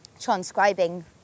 transcribing